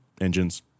Engines